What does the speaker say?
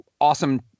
awesome